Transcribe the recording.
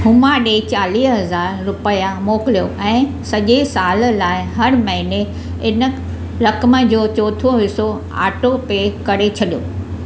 हुमा ॾे चालीह हज़ार रुपिया मोकिलियो ऐं सॼे साल लाइ हर महिने इन रक़म जो चोथों हिसो ऑटोपे करे छॾियो